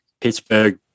Pittsburgh